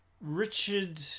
Richard